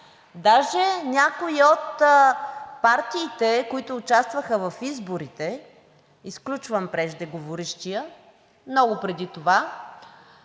Даже някои от партиите, които участваха в изборите, изключвам преждеговорившия, много преди това,